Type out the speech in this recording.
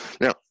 Now